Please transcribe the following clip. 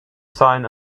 sign